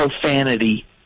profanity